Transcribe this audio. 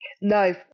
no